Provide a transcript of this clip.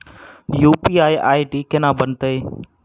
UPI ID केना बनतै?